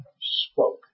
spoke